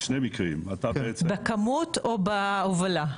בכמות או בהובלה?